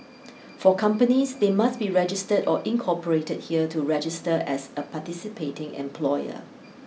for companies they must be registered or incorporated here to register as a participating employer